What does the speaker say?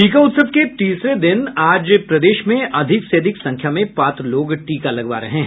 टीका उत्सव के तीसरे दिन आज प्रदेश में अधिक से अधिक संख्या में पात्र लोग टीका लगवा रहे हैं